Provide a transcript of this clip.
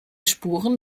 spuren